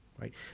right